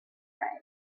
pray